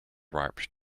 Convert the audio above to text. ripe